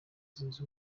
zunze